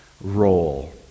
role